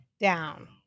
Down